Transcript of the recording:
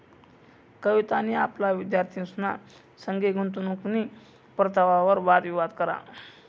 कवितानी आपला विद्यार्थ्यंसना संगे गुंतवणूकनी परतावावर वाद विवाद करा